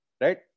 Right